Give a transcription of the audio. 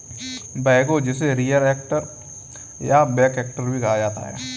backhoe जिसे rear actor या back actor भी कहा जाता है